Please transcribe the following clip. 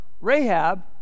Rahab